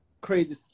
crazy